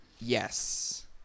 Yes